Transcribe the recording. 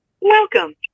Welcome